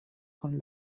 con